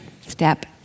step